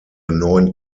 neun